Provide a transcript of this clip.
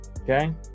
okay